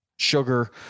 Sugar